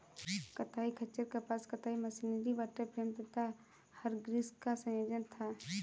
कताई खच्चर कपास कताई मशीनरी वॉटर फ्रेम तथा हरग्रीव्स का संयोजन था